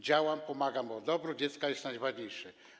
Działam i pomagam, bo dobro dziecka jest najważniejsze.